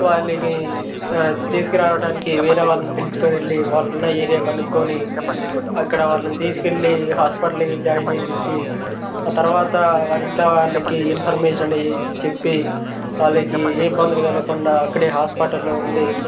వాళ్ళని తీసుకురావడానికి వేరే వాళ్ళని పిలుచుకొని వెళ్ళి వాళ్ళున్న ఏరియా కనుక్కోని అక్కడ వాళ్ళని తీసుకు వెళ్ళి హాస్పిటల్కి జాయిన్ చేపించి ఆ తర్వాత వారింట్లో వాళ్ళకి ఇన్ఫర్మేషన్ చెప్పి వాళ్ళకి ఏ ఇబ్బందులు కలుగకుండా అక్కడే హాస్పిటల్లో ఉండి